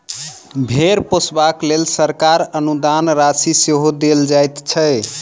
भेंड़ पोसबाक लेल सरकार अनुदान राशि सेहो देल जाइत छै